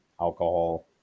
alcohol